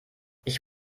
ich